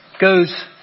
goes